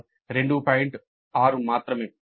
6 మాత్రమే